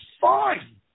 fine